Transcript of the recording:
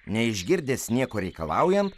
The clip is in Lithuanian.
neišgirdęs nieko reikalaujant